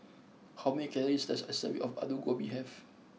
how many calories does a serving of Alu Gobi have